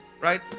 right